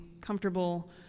comfortable